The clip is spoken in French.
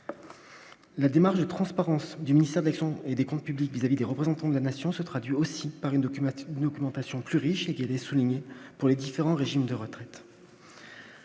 La démarche de transparence du ministère d'action et des Comptes publics vis-à-vis des représentants de la nation se traduit aussi par une document ne augmentation plus riche et qui avait souligné pour les différents régimes de retraite.